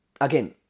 Again